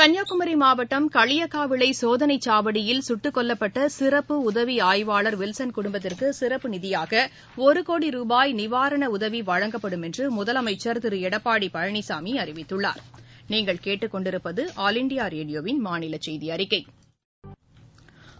கள்னியாகுமரி மாவட்டம் களியக்காவிளை சோதனைச் சாவடியில் சுட்டுக் கொல்லப்பட்ட சிறப்பு உதவி ஆய்வாளா் வில்சனின் குடும்பத்திற்கு சிறப்பு நிதியாக ஒரு கோடி ரூபாய் நிவாரண உதவி வழங்கப்படும் என்று முதலமைச்சா் திரு எடப்பாடி பழனிசாமி அறிவித்துள்ளாா்